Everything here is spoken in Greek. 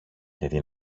γιατί